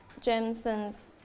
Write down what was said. Jameson's